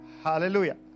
Hallelujah